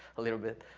a little bit?